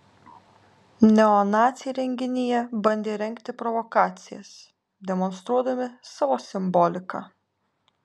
neonaciai renginyje bandė rengti provokacijas demonstruodami savo simboliką